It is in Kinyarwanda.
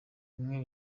bumwe